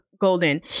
golden